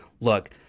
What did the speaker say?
look